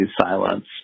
silence